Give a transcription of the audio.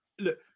Look